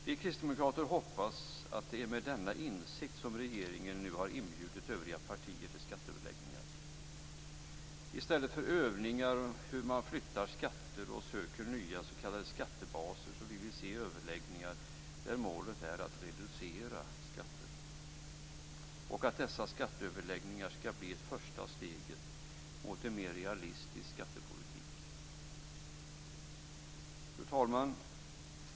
Vi kristdemokrater hoppas att det är med denna insikt som regeringen nu har inbjudit övriga partier till skatteöverläggningar. I stället för övningar i hur man flyttar skatter och söker nya s.k. skattebaser vill vi se överläggningar där målet är att reducera skatter, och att dessa skatteöverläggningar skall bli första steget mot en mer realistisk skattepolitik. Fru talman!